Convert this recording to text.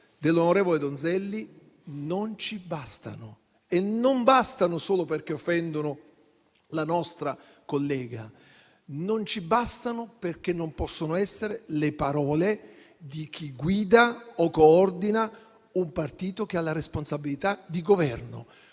dell'onorevole Donzelli: non ci bastano, e non solo perché offendono la nostra collega, ma anche perché non possono essere le parole di chi guida o coordina un partito che ha la responsabilità di Governo.